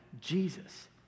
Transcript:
Jesus